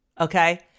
Okay